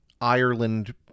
Ireland